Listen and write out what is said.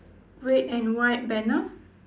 red and white banner